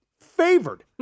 favored